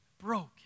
broken